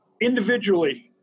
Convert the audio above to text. individually